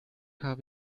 habe